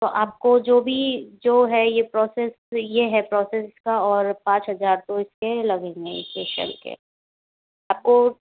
तो आपको जो भी जो है ये प्रोसेस ये है प्रोसेस इसका और पाँच हजार तो इसके लगेंगे फेशियल के आपको